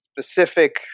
specific